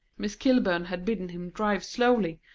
miss kilburn had bidden him drive slowly,